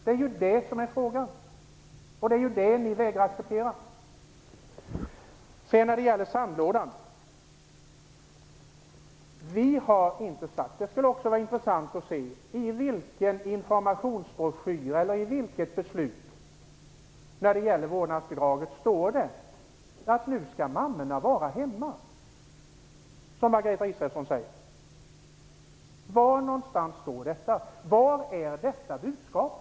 Det är ju det som är frågan, och det är det ni vägrar acceptera. Det skulle också vara intressant att få veta i vilken informationsbroschyr eller i vilket beslut som rör vårdnadsbidraget som det står att mammorna skall vara hemma. Var någonstans står detta? Var finns detta budskap?